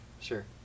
Sure